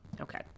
Okay